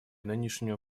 нынешнюю